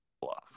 off